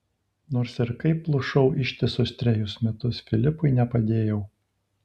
nors ir kaip plušau ištisus trejus metus filipui nepadėjau